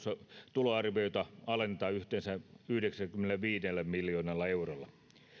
ja tuloarviota alennetaan yhteensä yhdeksälläkymmenelläviidellä miljoonalla eurolla